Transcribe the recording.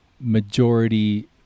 majority